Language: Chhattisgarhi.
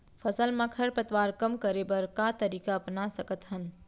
फसल मा खरपतवार कम करे बर का तरीका अपना सकत हन?